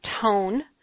tone